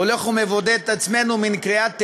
הולך ומבודד את עצמנו במין קריאת תיגר,